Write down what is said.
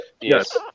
Yes